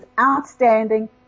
outstanding